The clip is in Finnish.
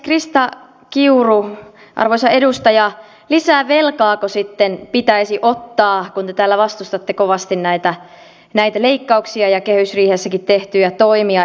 arvoisa edustaja krista kiuru lisää velkaako sitten pitäisi ottaa kun te täällä vastustatte kovasti näitä leikkauksia ja kehysriihessäkin tehtyjä toimia